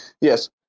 Yes